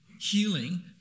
healing